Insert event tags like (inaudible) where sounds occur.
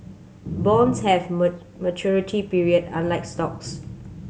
bonds have (unintelligible) maturity period unlike stocks